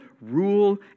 rule